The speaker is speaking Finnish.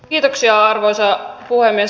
arvoisa puhemies